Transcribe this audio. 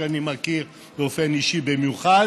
שאני מכיר באופן אישי במיוחד,